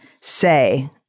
say